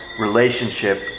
relationship